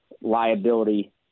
liability